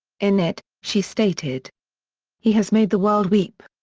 in it, she stated he has made the world weep.